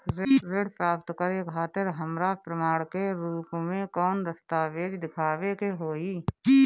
ऋण प्राप्त करे खातिर हमरा प्रमाण के रूप में कौन दस्तावेज़ दिखावे के होई?